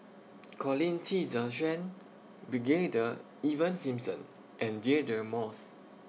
Colin Qi Zhe Quan Brigadier Ivan Simson and Deirdre Moss